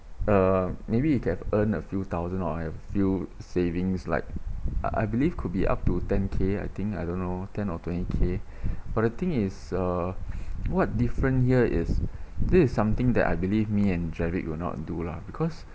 uh maybe you can earn a few thousand or a few savings like I believe could be up to ten K I think I don't know ten or twenty K but the thing is uh what different here is this is something that I believe me and jerrick will not do lah because